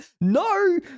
No